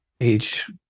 age